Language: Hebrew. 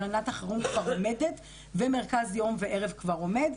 הלנת החירום כבר עומדת ומרכז יום וערב כבר עומד.